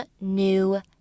new